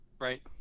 Right